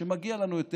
שמגיע לנו יותר.